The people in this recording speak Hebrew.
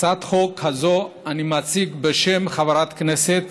את הצעת החוק הזאת אני מציג בשם חברת הכנסת